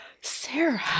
Sarah